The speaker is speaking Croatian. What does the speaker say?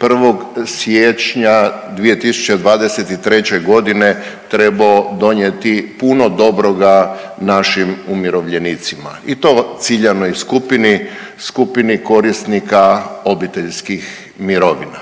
1. siječnja 2023.g. trebao donijeti puno dobroga našim umirovljenicima i to ciljanoj skupini, skupini korisnika obiteljskih mirovina.